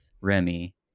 Remy